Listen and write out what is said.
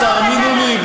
תאמינו לי,